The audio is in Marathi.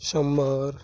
शंभर